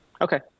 Okay